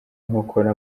nkokora